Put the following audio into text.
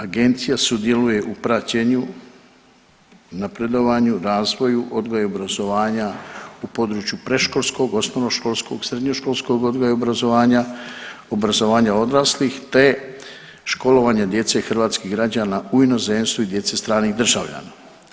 Agencija sudjeluje u praćenju, napredovanju, razvoju odgoja i obrazovanja u području predškolskog, osnovnoškolskog i srednjoškolskog odgoja i obrazovanja, obrazovanja odraslih, te školovanja djece hrvatskih građana u inozemstvu i djece stranih državljana.